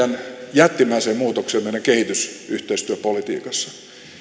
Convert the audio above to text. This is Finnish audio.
jättimäiseen muutokseen meidän kehitysyhteistyöpolitiikassamme